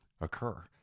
occur